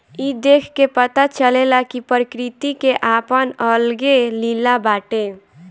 ई देख के पता चलेला कि प्रकृति के आपन अलगे लीला बाटे